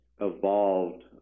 evolved